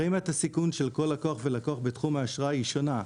פרמיית הסיכון של כל לקוח ולקוח בתחום האשראי היא שונה.